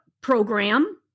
program